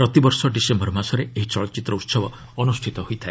ପ୍ରତିବର୍ଷ ଡିସେମ୍ବର ମାସରେ ଏହି ଚଳଚ୍ଚିତ୍ର ଉତ୍ସବ ଅନୁଷ୍ଠିତ ହୋଇଥାଏ